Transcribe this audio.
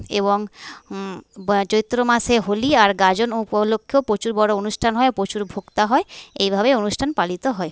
এবং বা চৈত্র মাসে হোলি আর গাজন উপলক্ষেও প্রচুর বড় অনুষ্ঠান হয় প্রচুর ভক্ত হয় এইভাবে অনুষ্ঠান পালিত করা হয়